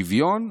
שוויון,